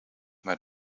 maar